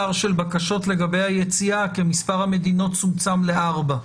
של בקשות יציאה כי מספר המדינות צומצם לארבע.